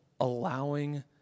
allowing